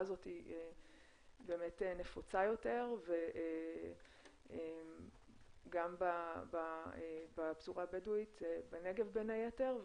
הזו היא נפוצה יותר וגם בפזורה הבדואית בנגב בין היתר,